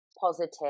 positive